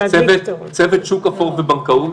צוות שוק אפור ובנקאות